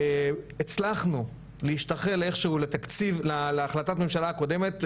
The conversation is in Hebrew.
הצלחנו להשתחל איך שהוא לתקציב להחלטת הממשלה הקודמת,